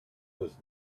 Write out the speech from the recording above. was